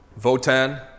Votan